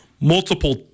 multiple